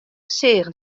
seagen